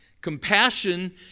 Compassion